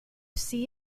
see